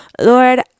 lord